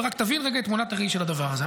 ורק תבין את תמונת הראי של הדבר הזה.